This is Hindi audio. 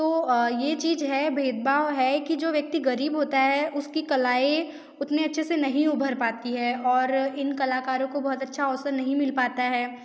तो ये चीज़ है भेद भाव है कि जो व्यक्ति ग़रीब होता है उसकी कलाएं उतने अच्छे से नहीं उभर पाती है और इन कलाकारों को बहुत अच्छा अवसर नही मिल पाता है